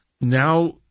Now